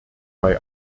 bei